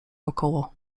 wokoło